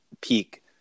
peak